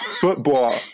Football